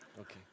Okay